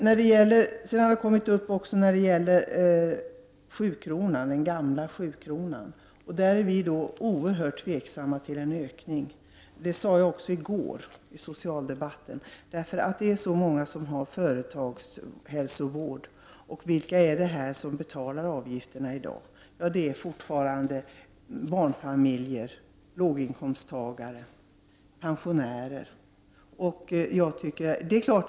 När det gäller den gamla 7-kronan är vi oerhört tveksamma till en ökning — det sade jag också i går i socialdebatten — därför att det är så många som har företagshälsovård. Vilka är det som betalar avgifterna? Jo, det är fortfarande barnfamiljer, låginkomsttagare och pensionärer.